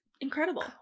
incredible